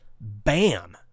Bam